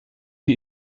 die